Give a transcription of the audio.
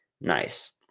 nice